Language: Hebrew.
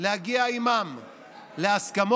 להגיע עימם להסכמות,